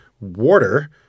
water